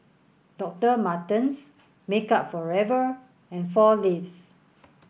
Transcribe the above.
Doctor Martens Makeup For Ever and Four Leaves